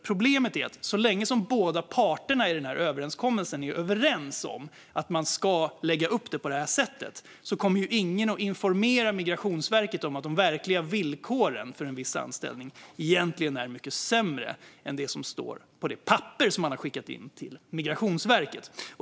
Problemet är att så länge som båda parterna i överenskommelsen är överens om att man ska lägga upp det så kommer ingen att informera Migrationsverket om att de verkliga villkoren för en viss anställning egentligen är mycket sämre än de som står på det papper man har skickat in till Migrationsverket.